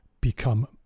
Become